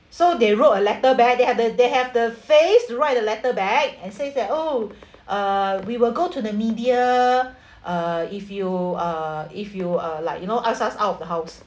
so they wrote a letter back they have the they have the face to write the letter back and says that oh uh we will go to the media uh if you uh if you uh like you know ask us out of the house